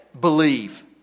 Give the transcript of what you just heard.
Believe